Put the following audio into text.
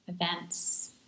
events